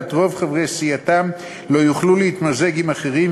חברי רוב סיעתם לא יוכלו להתמזג עם אחרים,